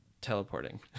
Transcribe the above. teleporting